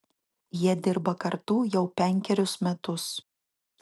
jie dirba kartu jau penkerius metus